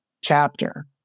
chapter